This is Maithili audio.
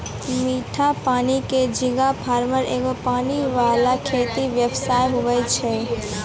मीठा पानी के झींगा फार्म एगो पानी वाला खेती व्यवसाय हुवै छै